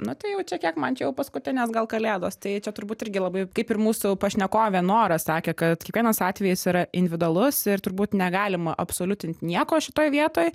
na tai jau čia kiek man čia jau paskutinės gal kalėdos tai čia turbūt irgi labai kaip ir mūsų pašnekovė nora sakė kad kiekvienas atvejis yra individualus ir turbūt negalima absoliutint nieko šitoj vietoj